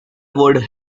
would